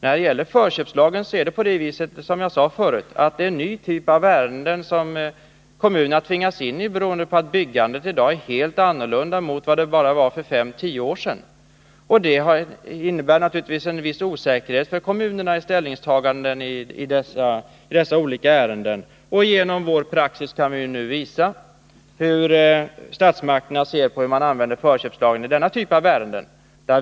Beträffande förköpslagen förhåller det sig så, som jag sade förut, att det rör sig om en ny typ av ärenden som kommunerna påtvingats, emedan byggandet i dag är helt annorlunda än vad det var för bara 5-10 år sedan. Följden har naturligtvis blivit en viss osäkerhet inom kommunerna när det gäller ställningstagandena i de olika ärendena. Genom praxis kan vi nu visa hur statsmakterna ser på hur förköpslagen bör användas beträffande denna typ av ärenden.